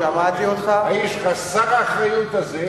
האיש חסר האחריות הזה,